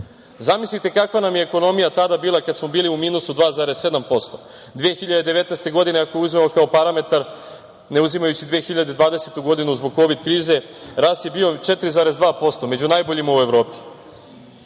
Zamislite kakva nam je ekonomija tada bila kada smo bili u minusu 2,7%. Godine 2019, ako uzmemo kao parametar, ne uzimajući 2020. godinu zbog kovid krize, rast je bio 4,2%, među najboljima u Evropi. Bruto